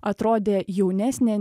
atrodė jaunesnė